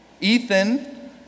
Ethan